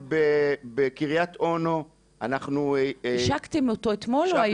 המוקד יושב בקריית אונו --- השקתם אותו אתמול או היום?